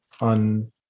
on